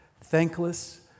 thankless